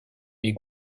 mais